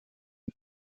mit